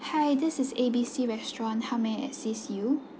hi this is A B C restaurant how may I assist you